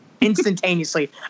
instantaneously